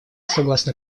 согласно